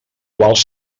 quals